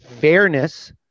fairness